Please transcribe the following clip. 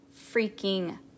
freaking